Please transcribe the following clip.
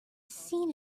seen